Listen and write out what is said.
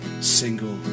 single